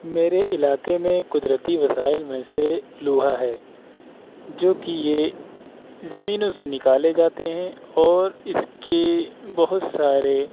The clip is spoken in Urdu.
میرے علاقہ میں قدرتی وسائل میں سے لوہا ہے جوکہ یہ زمینوں سے نکالے جاتے ہیں اور اس کے بہت سارے